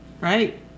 right